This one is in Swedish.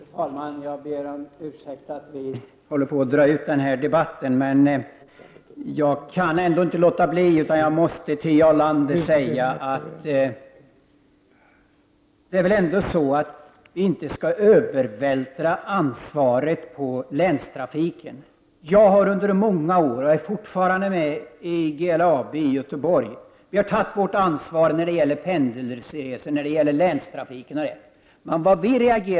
Fru talman! Jag ber om ursäkt för att vi drar ut på den här debatten, men jag kan ändå inte låta bli att säga till Jarl Lander att vi väl inte skall övervältra ansvaret på länstrafiken. Jag har under många år varit och är fortfarande med i GLAB, Göteborg. Vi har där tagit vår ansvar när det gäller pendelresor, länstrafiken osv.